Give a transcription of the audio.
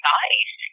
nice